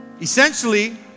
Essentially